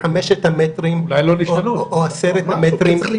חמשת המטרים או עשרת המטרים --- גם אז צריך לבדוק.